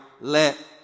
let